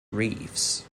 reefs